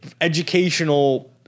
educational